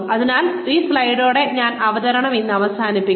അതിനാൽ ഈ സ്ലൈഡോടെ ഞാൻ അവതരണം ഇന്ന് അവസാനിപ്പിക്കും